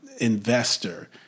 investor